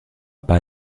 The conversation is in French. pas